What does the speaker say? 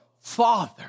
Father